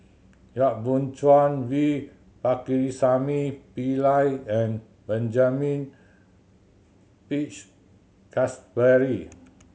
Yap Boon Chuan V Pakirisamy Pillai and Benjamin Peach Keasberry